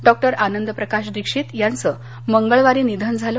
doctor Anandprakash Dixit यांचं मंगळवारी निधन झालं